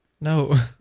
No